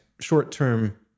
short-term